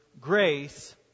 grace